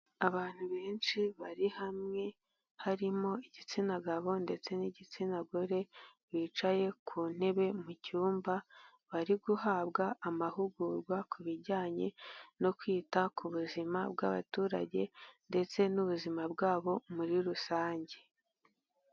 Abantu benshi bari hamwe harimo igitsina gabo ndetse n'igitsina gore, bicaye ku ntebe mu cyumba, bari guhabwa amahugurwa ku bijyanye no kwita ku buzima bw'abaturage ndetse n'ubuzima bwabo muri rusange.